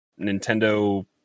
Nintendo